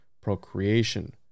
procreation